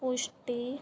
ਪੁਸ਼ਟੀ